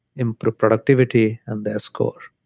improve productivity and their score